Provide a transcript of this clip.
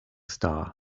star